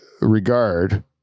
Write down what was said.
regard